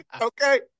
Okay